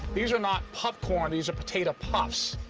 these are not popcorn these are potato puffs.